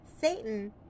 Satan